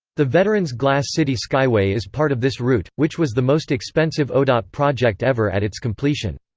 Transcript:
the veterans' glass city skyway is part of this route, which was the most expensive odot project ever at its completion.